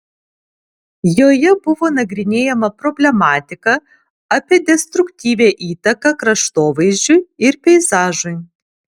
joje buvo nagrinėjama problematika apie destruktyvią įtaką kraštovaizdžiui ir peizažui